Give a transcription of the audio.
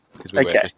Okay